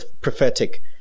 prophetic